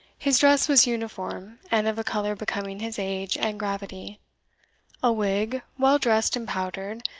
his dress was uniform, and of a colour becoming his age and gravity a wig, well dressed and powdered,